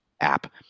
app